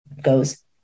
goes